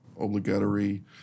obligatory